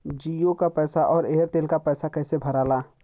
जीओ का पैसा और एयर तेलका पैसा कैसे भराला?